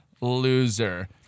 loser